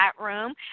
room